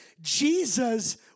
Jesus